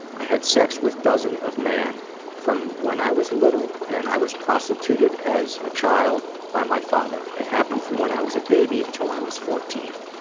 i had sex with dozen of man from when i was little and i was prostituted as a child by my father. it happened from when i was a baby until i was fourteen.